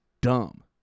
dumb